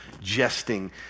jesting